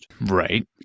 Right